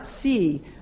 see